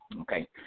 okay